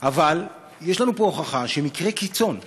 אבל יש לנו פה הוכחה שמקרה קיצון באמת,